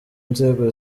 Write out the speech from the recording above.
nzego